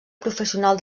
professional